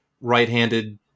right-handed